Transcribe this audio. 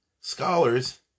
scholars